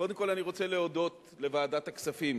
קודם כול אני רוצה להודות לוועדת הכספים,